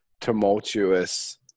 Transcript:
tumultuous